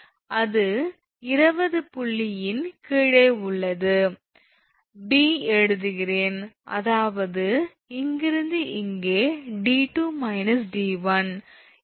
அது 20 புள்ளியின் கீழே உள்ளது 𝐵 எழுதுகிறேன் அதாவது இங்கிருந்து இங்கே 𝑑2 𝑑1